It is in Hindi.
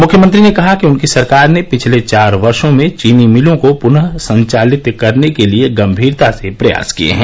मुख्यमंत्री ने कहा कि उनकी सरकार ने पिछले चार वर्षो में चीनी मिलों को पनः संचालित करने के लिए गंभीरता से प्रयास किए हैं